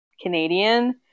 Canadian